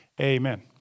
Amen